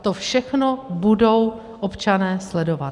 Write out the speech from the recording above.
To všechno budou občané sledovat.